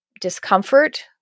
discomfort